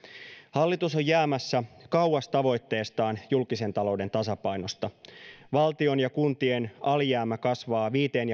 hallitus on jäämässä kauas tavoitteestaan julkisen talouden tasapainosta valtion ja kuntien alijäämä kasvaa viiteen